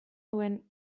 duen